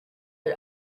but